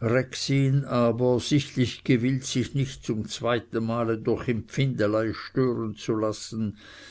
rexin aber sichtlich gewillt sich nicht zum zweiten male durch empfindelei stören zu lassen